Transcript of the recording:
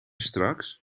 straks